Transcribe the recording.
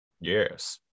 Yes